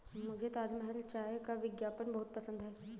मुझे ताजमहल चाय का विज्ञापन बहुत पसंद है